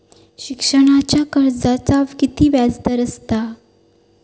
शिक्षणाच्या कर्जाचा किती व्याजदर असात?